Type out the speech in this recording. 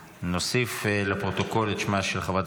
--- נוסיף לפרוטוקול את שמה של חברת